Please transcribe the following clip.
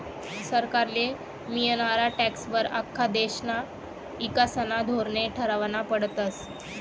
सरकारले मियनारा टॅक्सं वर आख्खा देशना ईकासना धोरने ठरावना पडतस